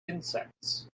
insects